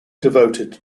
devoted